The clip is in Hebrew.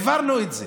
העברנו את זה.